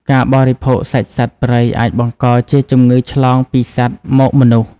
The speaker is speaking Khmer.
ការបរិភោគសាច់សត្វព្រៃអាចបង្កជាជំងឺឆ្លងពីសត្វមកមនុស្ស។